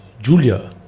Julia